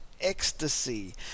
ecstasy